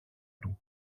του